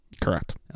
Correct